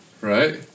Right